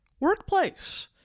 workplace